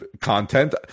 content